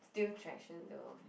still attractions though